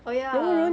oh ya